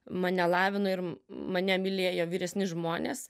mane lavino ir mane mylėjo vyresni žmonės